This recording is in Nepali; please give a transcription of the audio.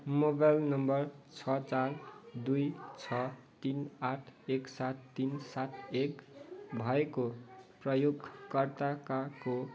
मोबाइल नम्बर छ चार दुई छ तिन आठ एक सात तिन सात एक भएको प्रयोगकर्ताकाको